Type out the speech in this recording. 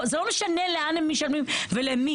זה לא משנה לאן הם משלמים ולמי.